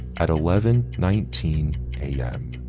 at eleven nineteen a m.